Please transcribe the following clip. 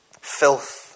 Filth